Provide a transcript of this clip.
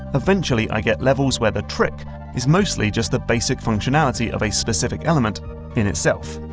eventually i get levels where the trick is mostly just the basic functionality of a specific element in itself.